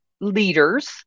leaders